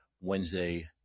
Wednesday